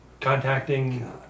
contacting